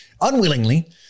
Unwillingly